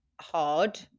hard